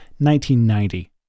1990